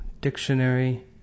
Dictionary